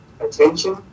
attention